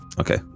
okay